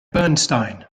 bernstein